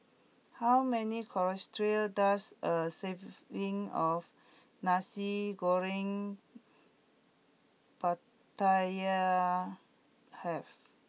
how many calories does a serving of Nasi Goreng Pattaya have